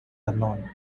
unknown